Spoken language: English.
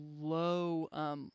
low